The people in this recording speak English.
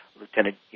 Lieutenant